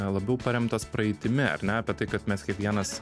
labiau paremtas praeitimi ar ne apie tai kad mes kiekvienas